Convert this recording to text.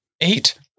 Eight